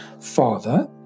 father